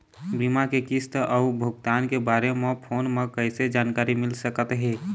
बीमा के किस्त अऊ भुगतान के बारे मे फोन म कइसे जानकारी मिल सकत हे?